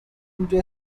into